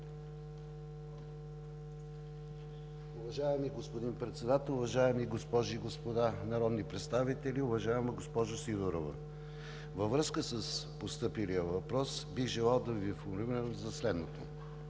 Уважаеми господин Председател, уважаеми госпожи и господа народни представители! Уважаема госпожо Сидорова, във връзка с постъпилия въпрос бих желал да Ви информирам за следното.